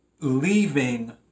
leaving